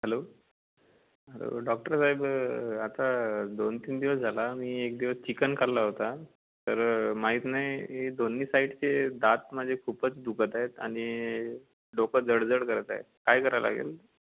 hello hello doctor साहेब आता दोन तीन दिवस झाला मी एक दिवस चिकन खाल्ल होता तर माहीत नाही दोन्ही साईडचे दात माझे खूपच दुखत आहेत आणि डोकं जड जड करत आहेत काय करायला लागेल